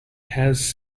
has